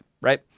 right